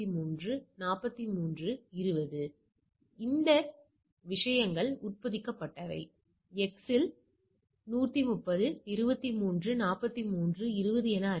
பின்னர் நாம் உங்கள் சோதனை அளவை அடிப்படையாகக் கொண்ட கட்டின்மை கூறுகளைப் பொருத்து நீங்கள் பொருத்தமான அட்டவணை கை வர்க்க மதிப்பை எடுங்கள் பின்னர் இந்த மதிப்பு அட்டவணை மதிப்பை விட அதிகமாக இருக்கிறதா என்று பாருங்கள்